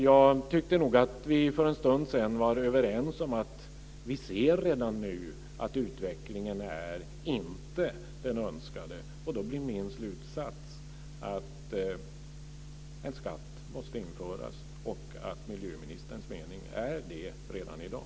Jag tyckte nog att vi för en stund sedan var överens om att vi redan nu ser att utvecklingen inte är den önskade. Då blir min slutsats att en skatt måste införas och att det är miljöministerns mening redan i dag.